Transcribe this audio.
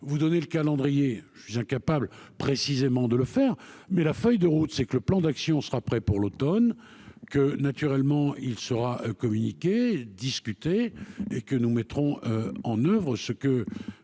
vous donner le calendrier, je suis incapable, précisément, de le faire mais la feuille de route, c'est que le plan d'action sera prêt pour l'Automne que naturellement il sera communiqué discuter et que nous mettrons en oeuvre ce que